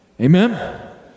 amen